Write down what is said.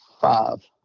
five